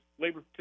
labor